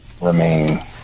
remain